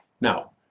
Now